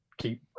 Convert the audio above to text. keep